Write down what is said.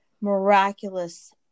miraculous